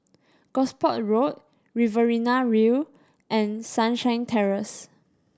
Gosport Road Riverina View and Sunshine Terrace